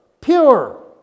pure